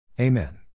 Amen